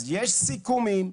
יש סיכומים,